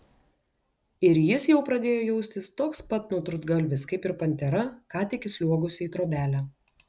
ir jis jau pradėjo jaustis toks pat nutrūktgalvis kaip ir pantera ką tik įsliuogusi į trobelę